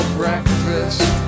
breakfast